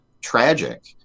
tragic